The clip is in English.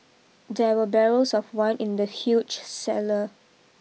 there were barrels of wine in the huge cellar